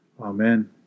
Amen